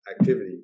Activity